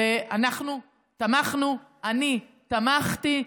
אני תמכתי,